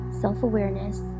self-awareness